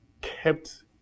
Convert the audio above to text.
kept